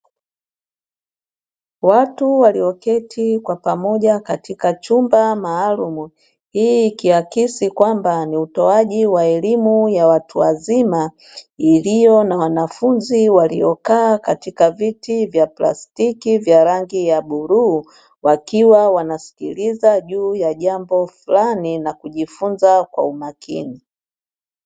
Watu walioketi kwa pamoja katika chumba maalumu hii ikiakisi kwamba ni utoaji wa elimu ya watu wazima iliyo na wanafunzi waliokaa katika viti vya plastiki vya rangi ya bluu wakiwa wanasikiliza juu ya jambo fulani na kujifunza kwa umakini.